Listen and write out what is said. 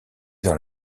dans